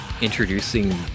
introducing